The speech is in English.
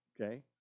Okay